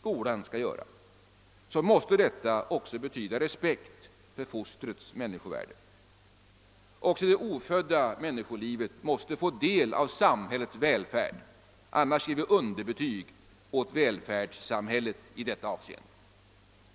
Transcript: skolan skall göra — måste detta också betyda respekt för fostrets människovärde. Också det ofödda människolivet måste få del av samhällets välfärd. Annars ger vi underbetyg åt välfärdssamhället i detta avseende.